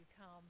come